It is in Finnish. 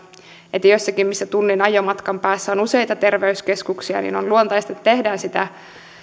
että jossakin missä tunnin ajomatkan päässä on useita terveyskeskuksia on luontaista että tehdään sitä